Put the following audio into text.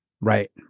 Right